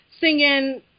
singing